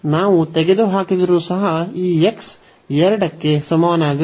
ನಾವು ತೆಗೆದುಹಾಕಿದರೂ ಸಹ ಈ x 2 ಕ್ಕೆ ಸಮನಾಗಿರುತ್ತದೆ